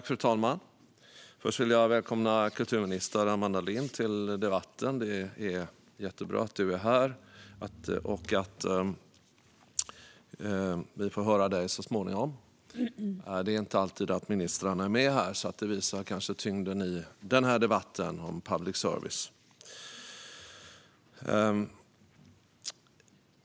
Fru talman! Först vill jag välkomna kulturminister Amanda Lind till debatten. Det är jättebra att du är här och att vi får höra dig så småningom. Det är inte alltid ministrarna är med här, så det visar kanske tyngden i debatten om public service.